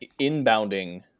inbounding